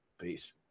Peace